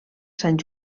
sant